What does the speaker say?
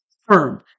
firm